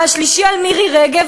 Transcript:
השלישי על מירי רגב,